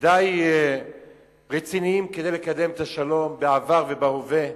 די רציניים כדי לקדם את השלום בעבר ובהווה.